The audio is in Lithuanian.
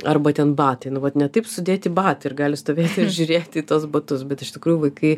arba ten batai nu vat ne taip sudėti batai ir gali stovėt ir žiūrėti į tuos batus bet iš tikrųjų vaikai